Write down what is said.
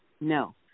No